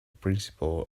principle